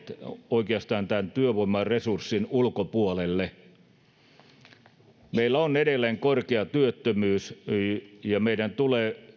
oikeastaan tämän työvoimaresurssin ulkopuolelle meillä on edelleen korkea työttömyys ja meidän tulee